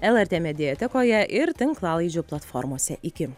lrt mediatekoje ir tinklalaidžių platformose iki